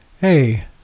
hey